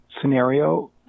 scenario